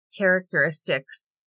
characteristics